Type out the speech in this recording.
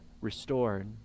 restored